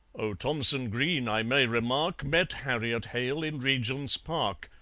oh, thomson green, i may remark, met harriet hale in regent's park,